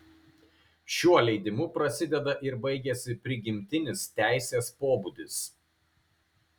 šiuo leidimu prasideda ir baigiasi prigimtinis teisės pobūdis